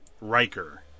Riker